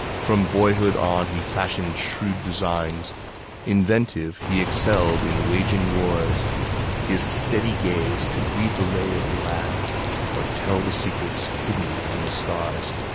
from boyhood on he fashioned shrewd designs inventive, he excelled in waging wars his steady gaze could read the lay of the land or tell the secrets hidden in the stars